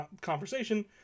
conversation